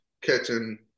catching